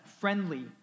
friendly